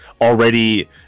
already